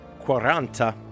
Quaranta